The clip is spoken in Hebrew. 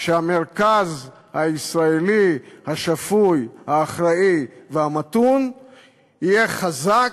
שהמרכז הישראלי השפוי, האחראי והמתון יהיה חזק,